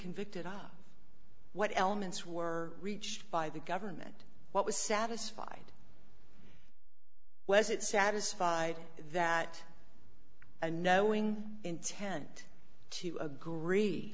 convicted of what elements were reached by the government what was satisfied was it satisfied that a knowing intent to agree